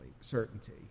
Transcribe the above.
certainty